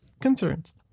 Concerns